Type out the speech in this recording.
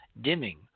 dimming